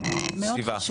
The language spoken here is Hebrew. שבעה.